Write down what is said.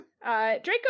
draco